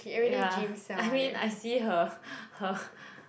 yeah I mean I see her her